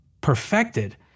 perfected